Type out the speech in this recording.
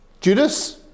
Judas